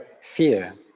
fear